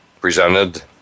presented